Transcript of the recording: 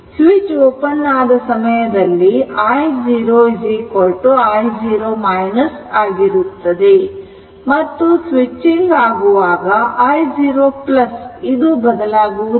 switch open ಆದ ಸಮಯದಲ್ಲಿ i0 i0 ಆಗಿರುತ್ತದೆ ಮತ್ತು ಸ್ವಿಚಿಂಗ್ ಆಗುವಾಗ i0 ಇದು ಬದಲಾಗುವುದಿಲ್ಲ